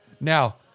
Now